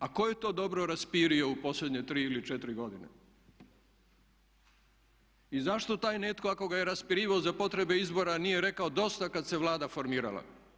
A tko je to dobro raspirio u posljednje tri ili četiri godine i zašto taj netko ako ga je raspirivao za potrebe izbora nije rekao dosta kad se Vlada formirala.